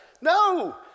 No